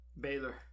Baylor